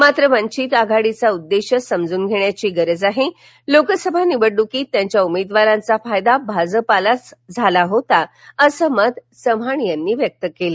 मात्र वंघित आघाडीचा उद्देश समजून घेण्याची गरज आहे लोकसभा निवडणुकीत त्यांच्या उमेदवारांचा फायदा भाजपालाच झाला होता असं मत चव्हाण यांनी व्यक्त केलं